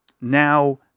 Now